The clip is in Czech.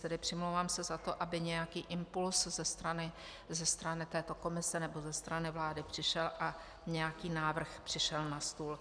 Tedy přimlouvám se za to, aby nějaký impuls ze strany této komise nebo ze strany vlády přišel a nějaký návrh přišel na stůl.